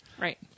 right